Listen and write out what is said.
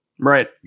Right